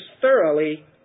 thoroughly